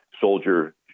soldier